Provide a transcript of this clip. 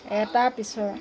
এটাৰ পিছৰ